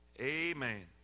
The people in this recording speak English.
Amen